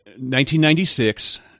1996